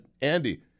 Andy